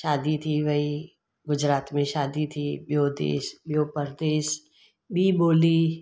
शादी थी वेई गुजरात में शादी थी ॿियो देश ॿियो परदेश ॿीं ॿोली